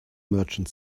merchant